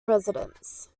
presidents